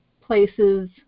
places